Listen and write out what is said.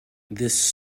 this